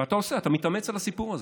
ואתה עושה, אתה מתאמץ בשביל הסיפור הזה.